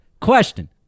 question